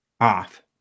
off